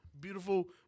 beautiful